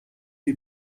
die